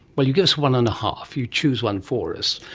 well, you give us one and a half, you choose one for us.